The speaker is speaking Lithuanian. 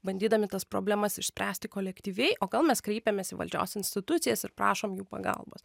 bandydami tas problemas išspręsti kolektyviai o gal mes kreipiamės į valdžios institucijas ir prašom jų pagalbos